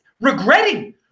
regretting